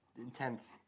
intense